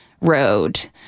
road